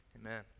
Amen